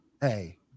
hey